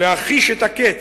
להחיש את הקץ,